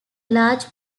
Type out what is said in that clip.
large